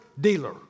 dealer